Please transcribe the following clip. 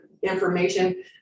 information